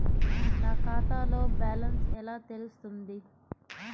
నా ఖాతాలో బ్యాలెన్స్ ఎలా తెలుస్తుంది?